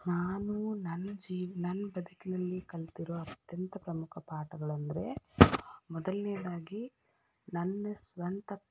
ನಾನು ನನ್ನ ಜೀವ ನನ್ನ ಬದುಕಿನಲ್ಲಿ ಕಲಿತಿರೋ ಅತ್ಯಂತ ಪ್ರಮುಖ ಪಾಠಗಳಂದರೆ ಮೊದಲನೇದಾಗಿ ನನ್ನ ಸ್ವಂತ